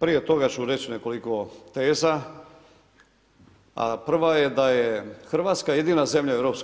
Prije toga ću reći nekoliko teza a prva je da je Hrvatska jedina zemlja u EU-u